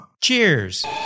Cheers